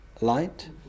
light